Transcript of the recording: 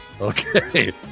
Okay